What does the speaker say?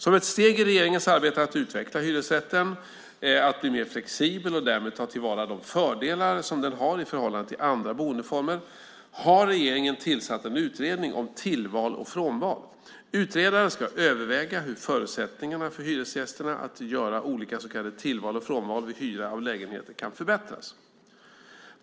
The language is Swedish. Som ett steg i regeringens arbete att utveckla hyresrätten att bli mer flexibel och därmed ta till vara de fördelar som den har i förhållande till andra boendeformer har regeringen tillsatt en utredning om tillval och frånval. Utredaren ska överväga hur förutsättningarna för hyresgästerna att göra olika så kallade tillval och frånval vid hyra av lägenheter kan förbättras.